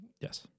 Yes